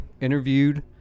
interviewed